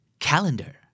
Calendar